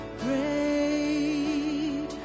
great